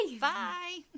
Bye